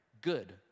good